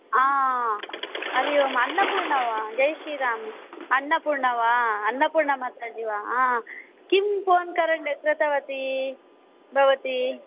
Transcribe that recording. हा हरियोम् अन्नपूर्ण वा जैश्रीराम् अन्नपूर्ण वा अन्नपूर्णमाताजि वा हा किं फोन्करेण् कृतवती भवती